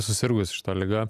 susirgus šita liga